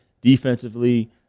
defensively